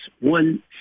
one